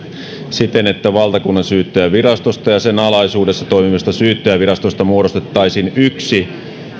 siten että valtakunnansyyttäjänvirastosta ja sen alaisuudessa toimivista syyttäjänvirastoista muodostettaisiin yksi